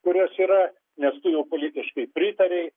kurios yra nes tu jau politiškai pritarei